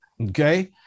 Okay